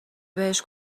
بهش